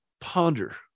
ponder